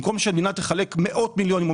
במקום שהמדינה תחלק מאות מיליונים או